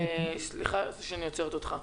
סליחה שאני עוצרת אותך.